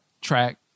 track